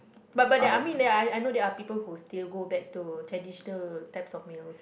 but but that I mean that I I know that there are people who still go back to traditional types of mails